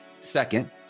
Second